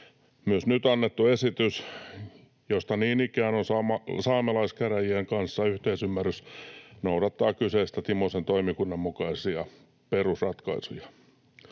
Myös nyt annettu esitys, josta niin ikään on saamelaiskäräjien kanssa yhteisymmärrys, noudattaa kyseisen Timosen toimikunnan mukaisia perusratkaisuja.